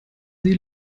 sie